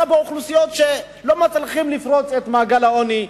באוכלוסיות שלא מצליחות לפרוץ את מעגל העוני,